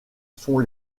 sont